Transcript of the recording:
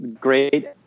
great